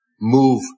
move